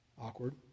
Awkward